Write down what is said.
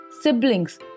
siblings